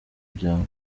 byaro